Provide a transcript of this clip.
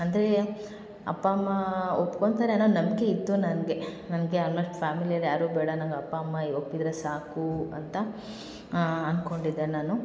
ಅಂದರೆ ಅಪ್ಪ ಅಮ್ಮ ಒಪ್ಕೊತಾರೆ ಅನ್ನೋ ನಂಬಿಕೆ ಇತ್ತು ನನಗೆ ನನಗೆ ಆಲ್ಮೋಸ್ಟ್ ಫ್ಯಾಮಿಲಿಯೋರು ಯಾರೂ ಬೇಡ ನಂಗೆ ಅಪ್ಪ ಅಮ್ಮ ಈಗ ಒಪ್ಪಿದರೆ ಸಾಕು ಅಂತ ಅಂದ್ಕೊಂಡಿದ್ದೆ ನಾನು